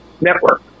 Network